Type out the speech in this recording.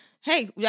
hey